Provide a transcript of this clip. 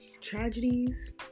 tragedies